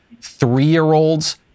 three-year-olds